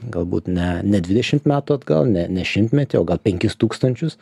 galbūt ne ne dvidešimt metų atgal ne ne šimtmetį o gal penkis tūkstančius